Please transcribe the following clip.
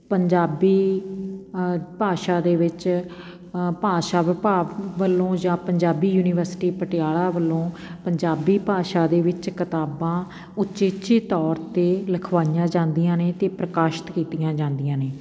ਪੰਜਾਬੀ ਭਾਸ਼ਾ ਦੇ ਵਿੱਚ ਭਾਸ਼ਾ ਵਿਭਾਗ ਵੱਲੋਂ ਜਾਂ ਪੰਜਾਬੀ ਯੂਨੀਵਰਸਿਟੀ ਪਟਿਆਲਾ ਵੱਲੋਂ ਪੰਜਾਬੀ ਭਾਸ਼ਾ ਦੇ ਵਿੱਚ ਕਿਤਾਬਾਂ ਉਚੇਚੇ ਤੌਰ 'ਤੇ ਲਿਖਵਾਈਆਂ ਜਾਂਦੀਆਂ ਨੇ ਅਤੇ ਪ੍ਰਕਾਸ਼ਿਤ ਕੀਤੀਆਂ ਜਾਂਦੀਆਂ ਨੇ